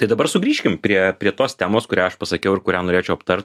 tai dabar sugrįžkim prie prie tos temos kurią aš pasakiau ir kurią norėčiau aptart